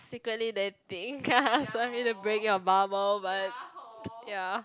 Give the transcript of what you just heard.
secretly dating sorry to break your bubble but ya